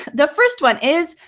the first one is,